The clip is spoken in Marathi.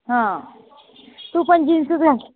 हा तू पण जीन्सच घाल